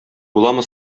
буламы